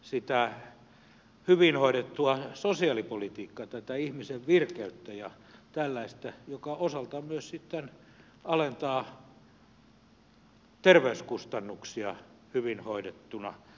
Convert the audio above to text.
sitä hyvin hoidettua sosiaalipolitiikkaa tätä ihmisen virkeyttä ja tällaista joka osaltaan myös sitten alentaa terveyskustannuksia hyvin hoidettuna